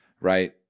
right